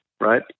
right